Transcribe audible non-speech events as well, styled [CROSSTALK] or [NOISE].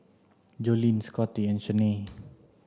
Jolene Scottie and Shanae [NOISE]